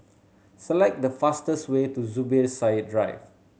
select the fastest way to Zubir Said Drive